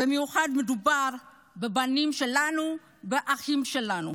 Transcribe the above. במיוחד מדובר בבנים שלנו, באחים שלנו.